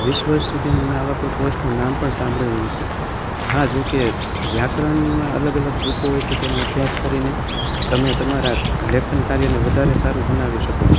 વીસ વર્ષ સુધીમાં મેં આવા કોઈ કોર્ષનું નામ પણ સાંભળેલું નથી હા જો કે વ્યાકરણમાં અલગ અલગ બૂકો હોય છે તેનો અભ્યાસ કરીને તમે તમારા લેખન કાર્યને વધારે સારું બનાવી શકો